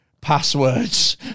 passwords